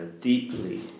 deeply